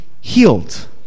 healed